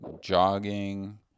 jogging